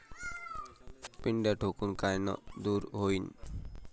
पिढ्या ढेकूण कायनं दूर होईन?